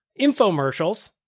infomercials